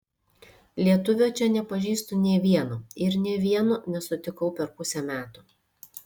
lietuvio čia nepažįstu nė vieno ir nė vieno nesutikau per pusę metų